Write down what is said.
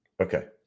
Okay